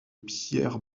pierre